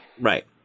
Right